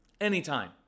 anytime